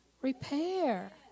Repair